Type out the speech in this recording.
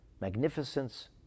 magnificence